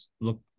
look